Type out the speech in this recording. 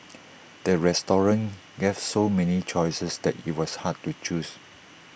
the restaurant gave so many choices that IT was hard to choose